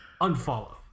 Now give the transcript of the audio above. unfollow